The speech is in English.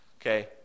Okay